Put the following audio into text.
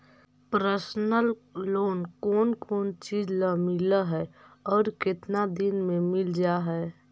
Personal loan कोन कोन चिज ल मिल है और केतना दिन में मिल जा है?